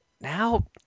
Now